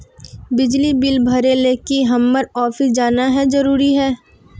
बिजली बिल भरे ले की हम्मर ऑफिस जाना है जरूरी है?